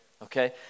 Okay